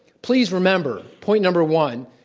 please remember, point number one,